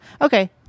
okay